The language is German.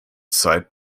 zeit